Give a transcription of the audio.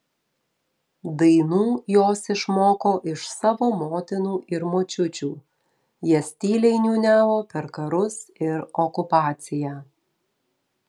dainų jos išmoko iš savo motinų ir močiučių jas tyliai niūniavo per karus ir okupaciją